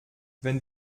wenn